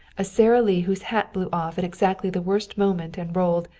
a sara lee whose hat blew off at exactly the worst moment and rolled,